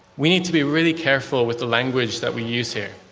we need to be really careful with the language that we use here.